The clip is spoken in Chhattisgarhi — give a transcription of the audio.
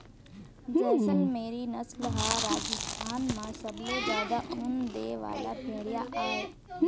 जैसलमेरी नसल ह राजस्थान म सबले जादा ऊन दे वाला भेड़िया आय